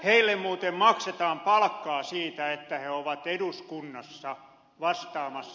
heille muuten maksetaan palkkaa siitä että he ovat eduskunnassa vastaamassa